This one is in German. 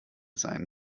seinen